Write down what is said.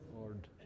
Lord